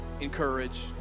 encourage